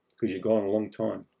because you're gone a long time.